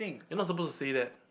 you're not supposed to say that